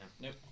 Nope